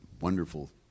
wonderful